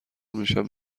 میشم